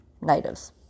natives